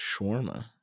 Shawarma